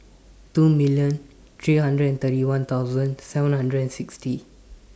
two million three hundred and thirty one thousand seven hundred and sixty